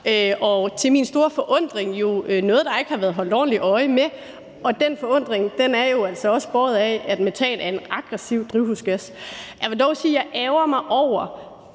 og til min store forundring noget, der ikke har været holdt ordentligt øje med. Den forundring er jo altså også båret af, at metan er en aggressiv drivhusgas. Jeg vil dog sige, at jeg ærgrer mig over